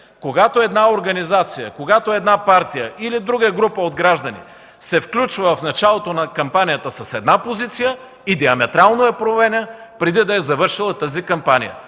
когато една организация, когато една партия или друга група от граждани се включва в началото на кампанията с една позиция и диаметрално я променя преди да е завършила тази кампания.